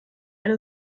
eine